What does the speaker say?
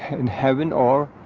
in heaven or